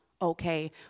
Okay